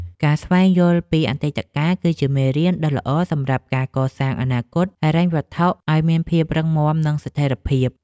ការស្វែងយល់ពីអតីតកាល គឺជាមេរៀនដ៏ល្អសម្រាប់ការកសាងអនាគតហិរញ្ញវត្ថុឱ្យមានភាពរឹងមាំនិងស្ថិរភាព។